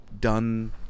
done